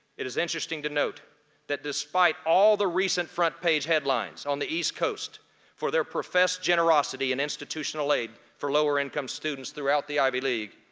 it is interesting to note that despite all the recent front-page headlines on the east coast for their professed generosity in institutional aid for lower-income students throughout the ivy league,